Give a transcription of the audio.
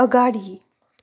अगाडि